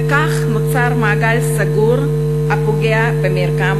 וכך נוצר מעגל סגור הפוגע במרקם